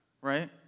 right